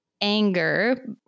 anger